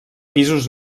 pisos